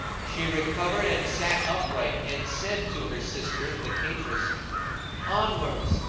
she recovered and sat upright and said to her sister the cateress, onwards,